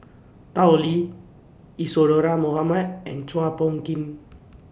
Tao Li Isadhora Mohamed and Chua Phung Kim